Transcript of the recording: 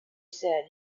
said